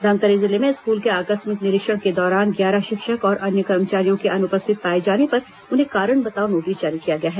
धमतरी जिले में स्कूल के आकिस्मक निरीक्षण के दौरान ग्यारह शिक्षक और अन्य कर्मचारियों के अनुपस्थित पाए जाने पर उन्हें कारण बताओ नोटिस जारी किया गया है